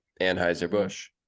Anheuser-Busch